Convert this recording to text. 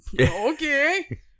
Okay